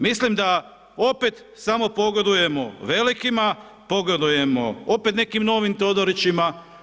Mislim da opet samo pogodujemo velikima, pogodujemo opet nekim novim „Todorićima“